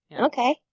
okay